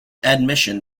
admission